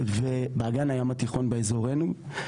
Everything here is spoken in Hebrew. באגן הים התיכון באזורינו.